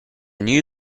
knew